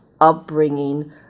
upbringing